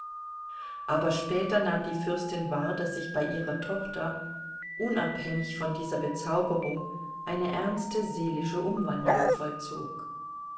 aber später nahm die fürstin wahr daß sich bei ihrer tochter unabhängig von dieser bezauberung eine ernste seelische umwandlung vollzog